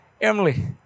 Emily